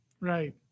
right